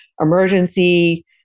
emergency